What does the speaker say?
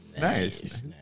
Nice